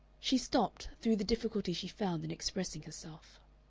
she stopped, through the difficulty she found in expressing herself.